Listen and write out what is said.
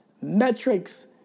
metrics